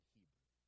Hebrew